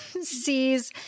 sees